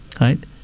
right